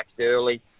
early